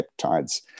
peptides